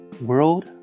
world